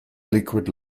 liquid